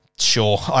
Sure